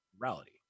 morality